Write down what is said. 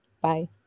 Bye